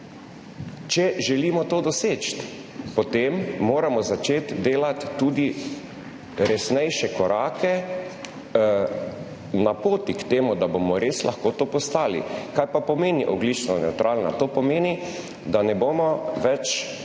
Če želimo to doseči, potem moramo začeti delati tudi resnejše korake na poti k temu, da bomo res lahko to postali. Kaj pa pomeni ogljično nevtralna? To pomeni, da ne bomo več uporabljali